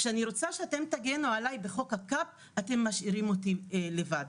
כשאני רוצה שאתם תגנו עליי בחוק הקאפ אתם משאירים אותי לבד.